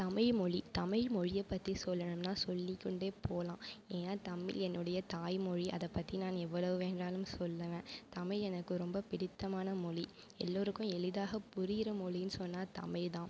தமிழ் மொழி தமிழ் மொழியை பற்றி சொல்லனுன்னால் சொல்லி கொண்டே போகலாம் ஏன்னா தமிழ் என்னுடைய தாய் மொழி அதை பற்றி நான் எவ்வளவு வேணாலும் சொல்லுவேன் தமிழ் எனக்கு ரொம்ப பிடித்தமான மொழி எல்லோருக்கும் எளிதாக புரிகிற மொழின்னு சொன்னால் தமிழ்தான்